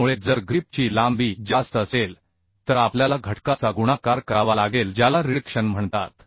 त्यामुळे जर ग्रिप ची लांबी जास्त असेल तर आपल्याला घटकाचा गुणाकार करावा लागेल ज्याला रिडक्शन म्हणतात